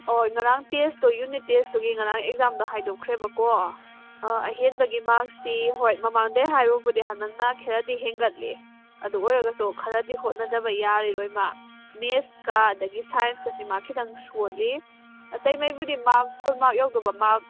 ꯑꯣ ꯉꯔꯥꯡ ꯇꯦꯁꯇꯣ ꯌꯨꯅꯤꯠ ꯇꯦꯁꯇꯨꯒꯤ ꯉꯔꯥꯡ ꯑꯦꯛꯖꯥꯝꯗꯣ ꯍꯥꯏꯗꯣꯛꯈ꯭ꯔꯦꯕꯀꯣ ꯑꯍꯦꯟꯕꯒꯤ ꯃꯥꯔꯛꯁꯤ ꯍꯣꯏ ꯃꯃꯥꯡꯗꯒꯤ ꯍꯥꯏꯔꯣꯔꯕꯨꯗꯤ ꯍꯟꯗꯛꯅ ꯈꯔꯗꯤ ꯍꯦꯟꯒꯠꯂꯤ ꯑꯗꯨ ꯑꯣꯏꯔꯒꯁꯨ ꯈꯔꯗꯤ ꯍꯣꯠꯅꯗꯕ ꯌꯥꯈꯤꯔꯣꯏ ꯃꯥ ꯃꯦꯠꯁꯀ ꯑꯗꯨꯗꯒꯤ ꯁꯥꯏꯟꯁꯀꯁꯤ ꯃꯥ ꯈꯤꯇꯪ ꯁꯣꯜꯂꯤ ꯑꯇꯩꯉꯩꯕꯨꯗꯤ ꯃꯥꯔꯛ ꯐꯨꯜ ꯃꯥꯔꯛ ꯌꯧꯒꯗꯧꯕ ꯃꯥꯔꯛ